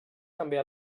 també